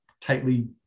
tightly